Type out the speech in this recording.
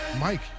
Mike